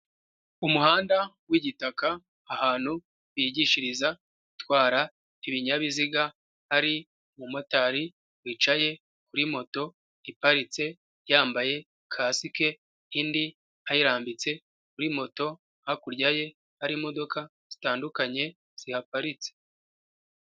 Umuhanda w'igitaka ahantu bigishiriza gutwara ibinyabiziga hari umumotari wicaye kuri moto iparitse yambaye kasike indi ayirambitse kuri moto, hakurya ye hari imodoka zitandukanye zihaparitse.